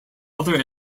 other